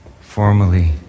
formally